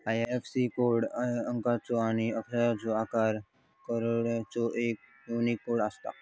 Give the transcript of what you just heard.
IFSC code अंकाचो आणि अक्षरांचो अकरा कॅरेक्टर्सचो एक यूनिक कोड असता